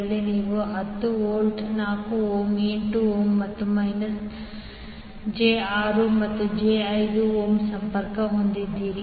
ಅಲ್ಲಿ ನೀವು 10 volt 4 ohm 8 ohm ಮತ್ತು ಮೈನಸ್ j6 ಮತ್ತು j5 ಓಮ್ ಸಂಪರ್ಕ ಹೊಂದಿದ್ದೀರಿ